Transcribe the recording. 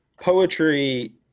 poetry